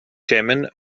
chairman